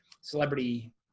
celebrity